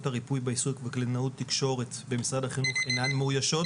הריפוי בעיסוק וקלינאות תקשורת במשרד החינוך אינן מאוישות